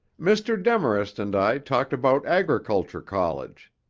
mr. demarest and i talked about agriculture college.